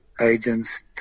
agents